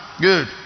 Good